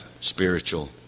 spiritual